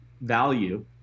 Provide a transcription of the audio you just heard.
value